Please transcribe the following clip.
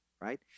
right